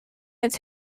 its